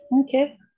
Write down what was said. okay